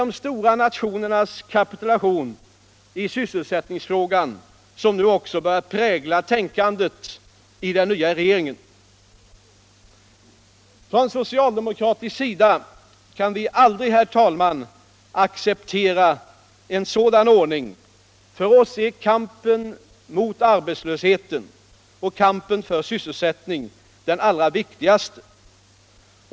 de stora nationernas kapitulation i sysselsättningsfrågan som nu också har börjat prägla tänkandet i den nya regeringen? Från socialdemokratisk sida kan vi aldrig, herr talman, acceptera en sådan ordning. För oss är kampen mot arbetslösheten och kampen för sysselsättning det allra viktigaste.